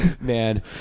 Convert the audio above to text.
man